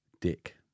dick